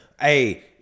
hey